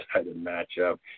matchup